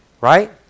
Right